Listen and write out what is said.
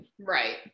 right